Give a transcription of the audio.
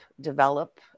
develop